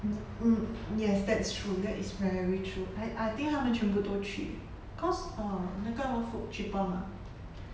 mm hmm yes that's true that is very true I I think 他们全部都去 cause uh 那个 food cheaper mah